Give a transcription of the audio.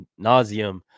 nauseum